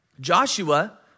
Joshua